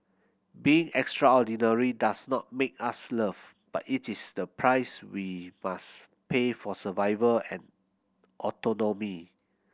being extraordinary does not make us loved but it is the price we must pay for survival and autonomy